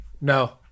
No